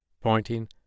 pointing